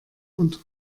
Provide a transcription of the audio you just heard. und